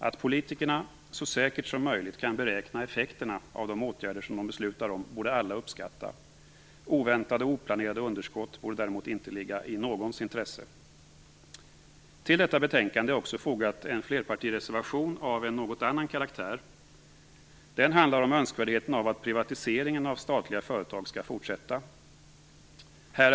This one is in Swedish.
Att politikerna så säkert som möjligt kan beräkna effekterna av de åtgärder som de fattar beslut om borde alla uppskatta. Oväntade och oplanerade underskott borde däremot inte ligga i någons intresse. Till detta betänkande är också en flerpartireservation av en något annan karaktär fogad. Den handlar om önskvärdheten av att privatiseringen av statliga företag skall fortsätta.